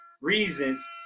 reasons